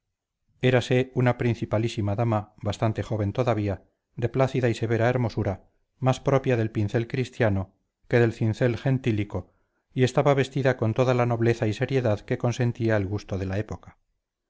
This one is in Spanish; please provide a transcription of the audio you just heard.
érase una principalísima dama bastante joven todavía de plácida y severa hermosura más propia del pincel cristiano que del cincel gentílico y estaba vestida con toda la nobleza y seriedad que consentía el gusto de la época